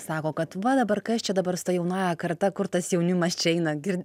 sako kad va dabar kas čia dabar su ta jaunąja karta kur tas jaunimas čia eina girdi